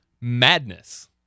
madness